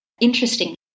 Interesting